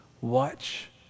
watch